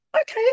okay